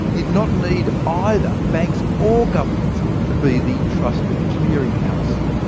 did not need either banks or governments to be the trusted clearing house.